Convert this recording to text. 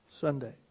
Sunday